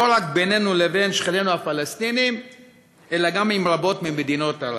לא רק בינינו ובין שכנינו הפלסטינים אלא גם עם רבות ממדינות ערב.